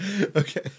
okay